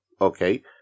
okay